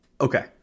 Okay